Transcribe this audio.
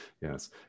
yes